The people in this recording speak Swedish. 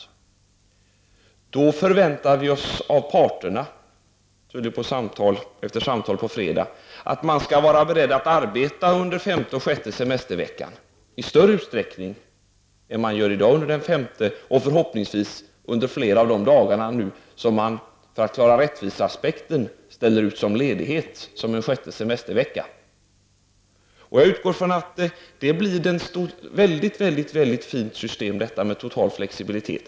Här förväntar vi oss att parterna efter samtalen på fredag är beredda att arbeta under den femte och sjätte semesterveckan i större utsträckning än man i dag gör under den femte semesterveckan, framför allt då under den sjätte semesterveckan som tillkommer för att rättviseaspekten skall tillgodoses. Jag utgår från att detta blir ett väldigt fint system med total flexibilitet.